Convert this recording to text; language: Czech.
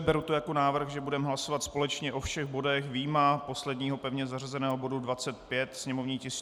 Beru to jako návrh, že budeme hlasovat společně o všech bodech vyjma posledního pevně zařazeného bodu 25, sněmovní tisk 418.